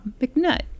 McNutt